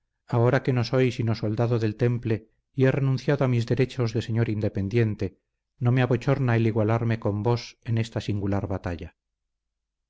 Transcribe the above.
ahora que no soy sino soldado del temple y he renunciado a mis derechos de señor independiente no me abochorna el igualarme con vos en esta singular batalla